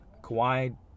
Kawhi